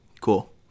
cool